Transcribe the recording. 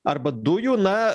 arba dujų na